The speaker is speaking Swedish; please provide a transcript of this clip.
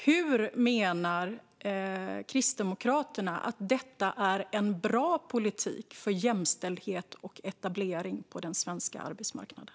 Hur menar Kristdemokraterna att detta är en bra politik för jämställdhet och etablering på den svenska arbetsmarknaden?